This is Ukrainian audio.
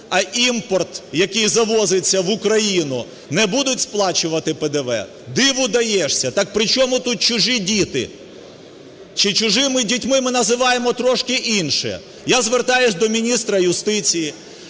а імпорт, який завозиться в Україну, не будуть сплачувати ПДВ. Диву даєшся, так при чому тут чужі діти? Чи чужими дітьми ми називаємо трошки інше? Я звертаюся до міністра юстиції,